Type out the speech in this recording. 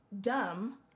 dumb